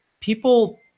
people